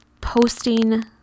posting